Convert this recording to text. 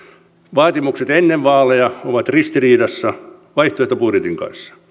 vaatimukset ennen vaaleja ovat ristiriidassa vaihtoehtobudjetin kanssa